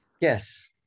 Yes